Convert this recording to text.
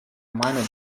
minor